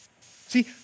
See